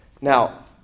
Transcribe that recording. Now